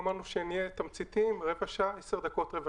אמרנו שנהיה תמציתיים 10 דקות,